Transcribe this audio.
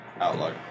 Outlook